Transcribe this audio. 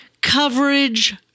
Coverage